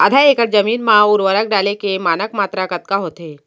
आधा एकड़ जमीन मा उर्वरक डाले के मानक मात्रा कतका होथे?